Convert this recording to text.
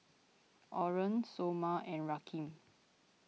Oren Somer and Rakeem